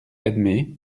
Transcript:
edme